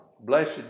blessed